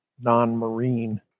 non-marine